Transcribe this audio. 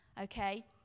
okay